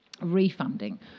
refunding